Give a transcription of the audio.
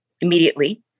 immediately